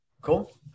Cool